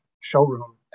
showroom